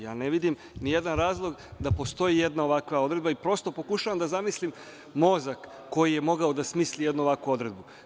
Ja ne vidim ni jedan razlog da postoji jedna ovakva odredba i prosto pokušavam da zamislim mozak koji je mogao da smisli jednu ovakvu odredbu.